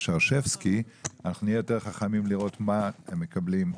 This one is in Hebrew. אחרי ועדת שרשבסקי אנחנו נהיה יותר חכמים לראות מה הם מקבלים.